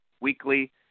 weekly